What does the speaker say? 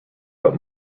but